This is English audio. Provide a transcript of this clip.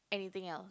anything else